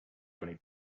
twenty